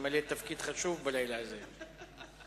בוקר טוב.